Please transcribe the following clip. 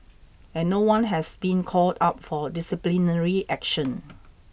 and no one has been called up for disciplinary action